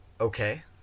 okay